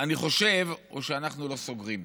או שאנחנו לא סוגרים.